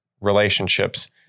relationships